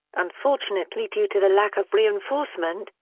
unfortunately due to the lack of reinforcement,